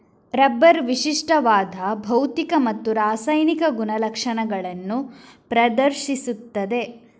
rubber ವಿಶಿಷ್ಟವಾದ ಭೌತಿಕ ಮತ್ತು ರಾಸಾಯನಿಕ ಗುಣಲಕ್ಷಣಗಳನ್ನು ಪ್ರದರ್ಶಿಸುತ್ತದೆ